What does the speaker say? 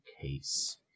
case